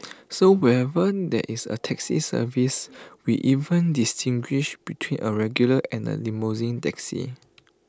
so where when that is A taxi service we even distinguish between A regular and A limousine taxi